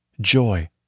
joy